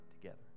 together